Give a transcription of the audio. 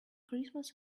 christmas